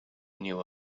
knew